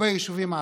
ביישובים הערביים,